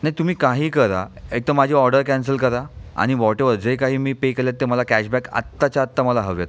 नाही तुम्ही काही करा एक तर माझी ऑर्डर कॅन्सल करा आणि व्हाॅटेवर जे काही मी पे केलेत ते मला कॅशबॅक आत्ताच्या आत्ता मला हवेत